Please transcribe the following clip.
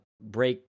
break